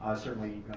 ah certainly,